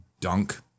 Dunk